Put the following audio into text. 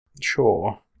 Sure